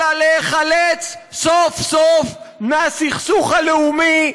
אלא להיחלץ סוף-סוף מהסכסוך הלאומי,